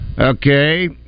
Okay